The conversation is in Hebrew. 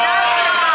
יואל,